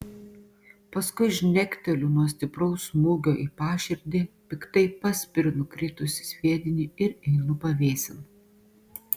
paskui žnekteliu nuo stipraus smūgio į paširdį piktai paspiriu nukritusį sviedinį ir einu pavėsin